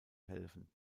helfen